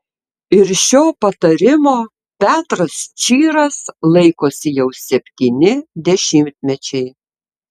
ir šio patarimo petras čyras laikosi jau septyni dešimtmečiai